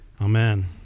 Amen